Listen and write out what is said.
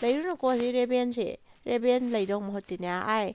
ꯂꯩꯔꯨꯨꯅꯨꯀꯣ ꯁꯤ ꯔꯦꯕꯦꯟꯁꯤ ꯔꯦꯕꯦꯟ ꯂꯩꯗꯧ ꯃꯍꯨꯠꯇꯤꯅꯦ ꯑꯥꯏ